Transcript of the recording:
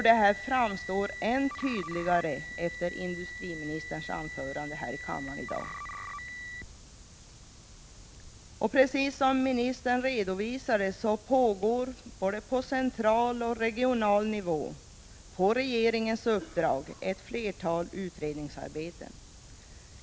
Detta framstår än tydligare efter industriministerns anförande här i kammaren i dag. Precis som ministern redovisade pågår på både central och regional nivå ett flertal utredningsarbeten på regeringens uppdrag.